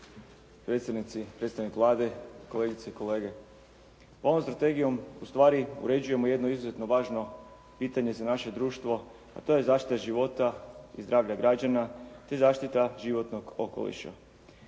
predsjednici, predstavnik Vlade, kolegice i kolege. Ovom strategijom ustvari uređujemo jedno izuzetno važno pitanje za naše društvo a to je zaštita života i zdravlja građana te zaštita životnog okoliša.